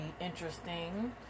interesting